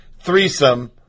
threesome